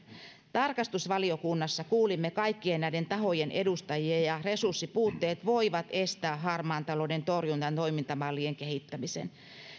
tarkastusvaliokunnassa kuulimme kaikkien näiden tahojen edustajia ja resurssipuutteet voivat estää harmaan talouden torjunnan toimintamallien kehittämisen